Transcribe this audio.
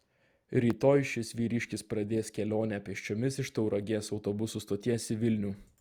rytoj šis vyriškis pradės kelionę pėsčiomis iš tauragės autobusų stoties į vilnių